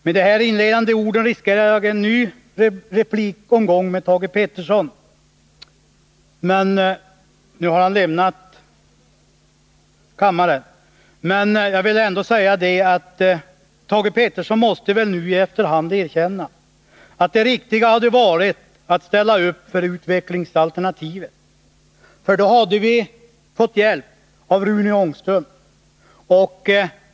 Med de här inledande orden riskerar jag en ny replikomgång med Thage Peterson, men nu har han lämnat kammaren. Jag vill ändå säga att Thage Peterson väl nu i efterhand måste erkänna att det riktiga hade varit att ställa upp för utvecklingsalternativet, för då hade vi fått hjälp av Rune Ångström.